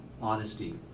honesty